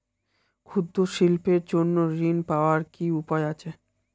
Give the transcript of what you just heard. ক্ষুদ্র শিল্পের জন্য ঋণ পাওয়ার কি উপায় আছে?